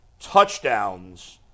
touchdowns